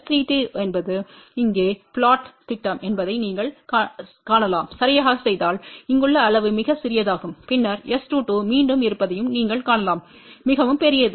S32என்பது இங்கே புளொட் த்திட்டம் என்பதை நீங்கள் காணலாம் சரியாகச் செய்தால் இங்குள்ள அளவு மிகச் சிறியதாகவும் பின்னர் S22மீண்டும்இருப்பதையும் நீங்கள் காணலாம் மிகவும் பெரியது